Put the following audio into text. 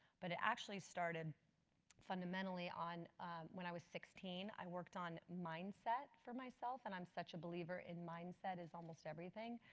but it actually started fundamentally when i was sixteen. i worked on mindset for myself. and i'm such a believer in mindset is almost everything.